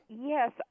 Yes